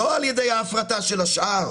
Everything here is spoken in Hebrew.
לא על ידי ההפרטה של השאר,